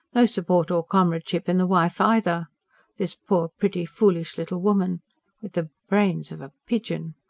no support or comradeship in the wife either this poor pretty foolish little woman with the brains of a pigeon!